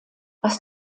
was